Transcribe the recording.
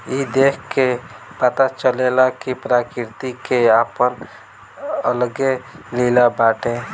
ई देख के पता चलेला कि प्रकृति के आपन अलगे लीला बाटे